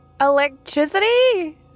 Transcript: Electricity